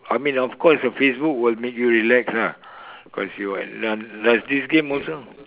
I mean of course Facebook will make you relax ah because you uh does does this game also